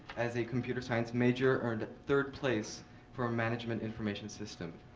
as a computer science major, earned third place for management information system.